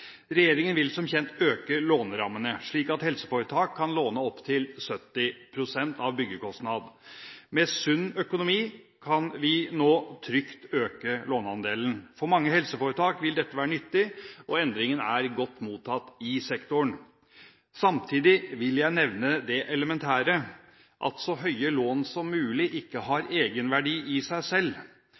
Regjeringen vil som kjent øke lånerammene slik at helseforetak kan låne opp til 70 pst. av byggekostnad. Med sunn økonomi kan vi nå trygt øke låneandelen. For mange helseforetak vil dette være nyttig, og endringen er godt mottatt i sektoren. Samtidig vil jeg nevne det elementære, at så høye lån som mulig ikke har egenverdi i seg selv.